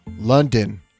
London